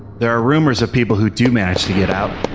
there are rumors of people who do manage to get out.